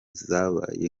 zabaye